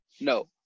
No